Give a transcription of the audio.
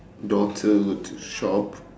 daughter to shop